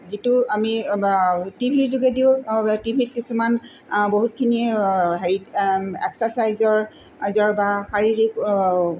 যিটো আমি টি ভিৰ যোগেদিও আমি টি ভিত কিছুমান বহুতখিনি হেৰিত এক্সাৰ্চাইজৰ বা শাৰীৰিক